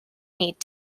need